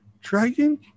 dragon